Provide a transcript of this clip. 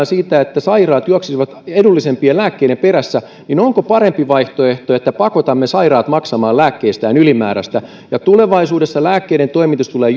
siitä että sairaat juoksisivat edullisempien lääkkeiden perässä niin onko parempi vaihtoehto että pakotamme sairaat maksamaan lääkkeistään ylimääräistä tulevaisuudessa lääkkeiden toimitus tulee